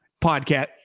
podcast